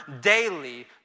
daily